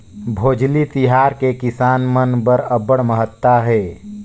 भोजली तिहार के किसान मन बर अब्बड़ महत्ता हे